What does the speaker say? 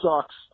sucks